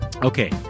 okay